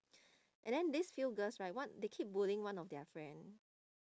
and then these few girls right one they keep bullying one of their friend